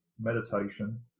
meditation